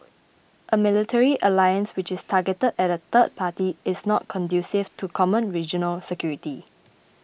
a military alliance which is targeted at a third party is not conducive to common regional security